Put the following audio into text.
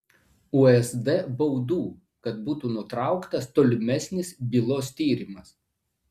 usd baudų kad būtų nutrauktas tolimesnis bylos tyrimas